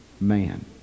man